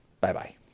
Bye-bye